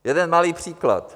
Jeden malý příklad.